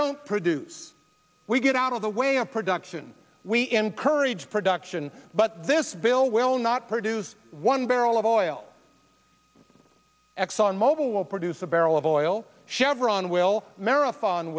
don't produce we get out of the way of production we encourage production but this bill will not produce one barrel of oil exxon mobil will produce a barrel of oil chevron will marathon